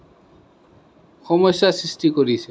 সমস্যাৰ সৃষ্টি কৰিছে